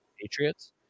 Patriots